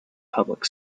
public